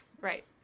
Right